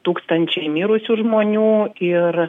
tūkstančiai mirusių žmonių ir